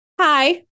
Hi